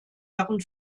herren